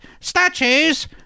statues